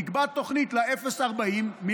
נקבע תוכנית ל-0 עד 40 קילומטר,